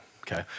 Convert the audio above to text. okay